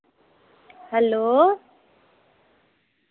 hello